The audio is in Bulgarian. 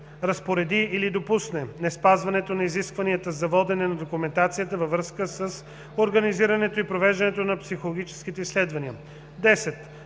разпореди или допусне неспазването на изискванията за водене на документацията във връзка с организирането и провеждането на психологическите изследвания; 10.